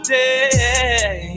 day